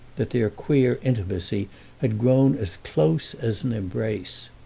that their queer intimacy had grown as close as an embrace.